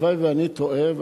הלוואי שאני טועה,